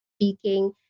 speaking